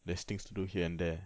there's things to do here and there